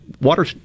water